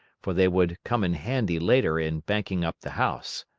for they would come in handy later in banking up the house.